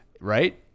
Right